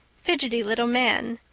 fidgety little man,